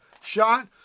Shot